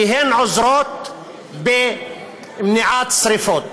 כי הן עוזרות במניעת שרפות.